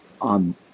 on